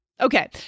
Okay